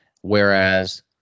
Whereas